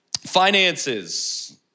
finances